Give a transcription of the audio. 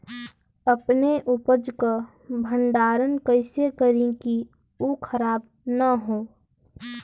अपने उपज क भंडारन कइसे करीं कि उ खराब न हो?